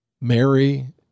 Mary